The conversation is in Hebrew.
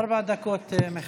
ארבע דקות, מיכאל.